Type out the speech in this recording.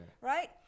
Right